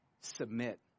submit